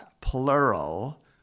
plural